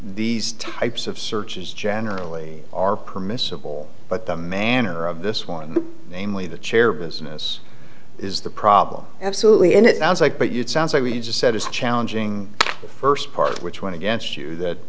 these types of searches generally are permissible but the manner of this one namely the chair business is the problem absolutely and it sounds like but you'd sounds like we just said it's challenging the first part which went against you that